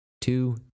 two